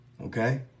okay